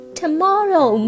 tomorrow